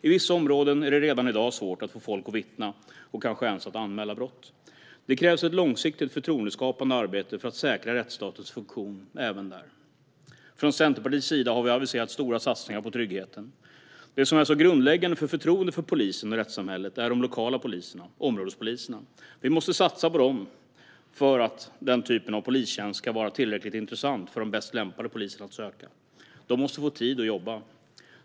I vissa områden är det redan i dag svårt att få folk att vittna och kanske ens anmäla brott. Det krävs ett långsiktigt förtroendeskapande arbete för att säkra rättsstatens funktion även där. Centerpartiet har aviserat stora satsningar på tryggheten. De lokala poliserna, områdespoliserna, är grundläggande för förtroendet för polisen och rättssamhället. Vi måste satsa på dem för att den typen av polistjänst ska vara tillräckligt intressant för de bäst lämpade poliserna att söka. Poliserna måste få tid att jobba.